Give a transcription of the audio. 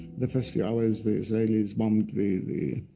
the first few hours, the israelis bombed the the